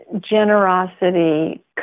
generosity